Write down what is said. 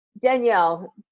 Danielle